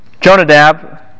Jonadab